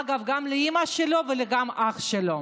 אגב, גם לאימא שלו וגם לאח שלו.